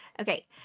Okay